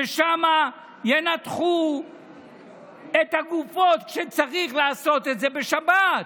ששם ינתחו את הגופות, כשצריך לעשות את זה בשבת?